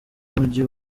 mugi